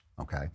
okay